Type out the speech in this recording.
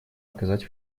оказать